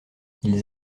ils